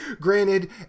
granted